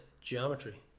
geometry